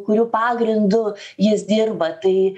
kurių pagrindu jis dirba tai